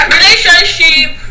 Relationship